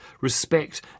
respect